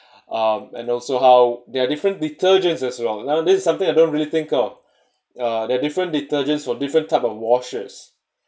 um and also how there are different detergents as well now this is something I don't really think of uh there are different detergents for different type of washes